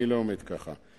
אני לא עומד ככה.